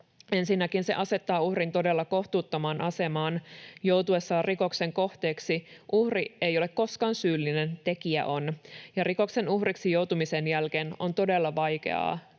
Ensinnäkin se asettaa uhrin todella kohtuuttomaan asemaan. Joutuessaan rikoksen kohteeksi uhri ei ole koskaan syyllinen, tekijä on, ja rikoksen uhriksi joutumisen jälkeen on todella vaikeaa,